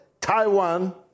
Taiwan